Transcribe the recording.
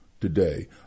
today